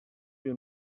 you